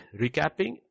recapping